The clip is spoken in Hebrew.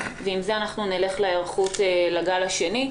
ועם זה אנחנו נלך להיערכות לגל השני.